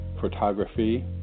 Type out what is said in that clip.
photography